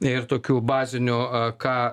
ir tokių bazinių ką